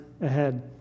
ahead